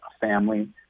family